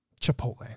Chipotle